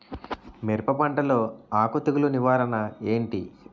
మిరప పంటలో ఆకు తెగులు నివారణ ఏంటి?